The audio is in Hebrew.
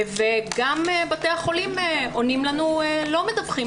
גם בתי החולים עונים לנו שלא מדווחים